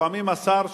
לפעמים השר,